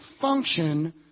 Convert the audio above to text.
function